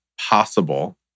possible